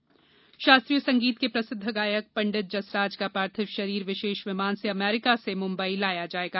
पंडित जसराज निधन शास्त्रीय संगीत के प्रसिद्ध गायक पंडित जसराज का पार्थिव शरीर विशेष विमान से अमेरिका से मुंबई लाया जाएगा